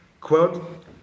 Quote